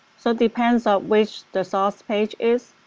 so depends on which the source page is,